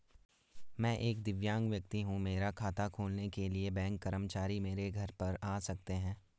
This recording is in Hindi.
मैं एक दिव्यांग व्यक्ति हूँ मेरा खाता खोलने के लिए बैंक कर्मचारी मेरे घर पर आ सकते हैं?